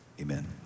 amen